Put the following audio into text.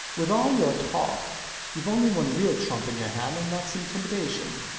with all your talk youve only one real trump in your hand, and thats intimidation.